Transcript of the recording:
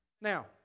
Now